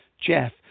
Jeff